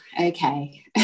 okay